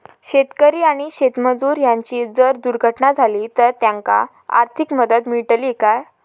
शेतकरी आणि शेतमजूर यांची जर दुर्घटना झाली तर त्यांका आर्थिक मदत मिळतली काय?